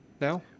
now